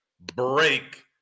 Break